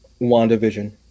wandavision